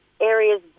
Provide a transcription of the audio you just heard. areas